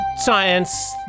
science